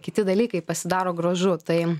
kiti dalykai pasidaro gražu tai